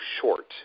short